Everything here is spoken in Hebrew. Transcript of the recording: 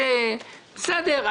בסדר,